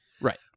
Right